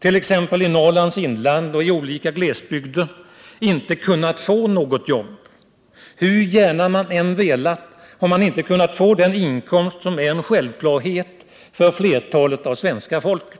t.ex. i Norrlands inland och i olika glesbygder — inte kunnat få något jobb? Hur gärna man än velat har man inte kunnat få den inkomst som är en självklarhet för flertalet av svenska folket.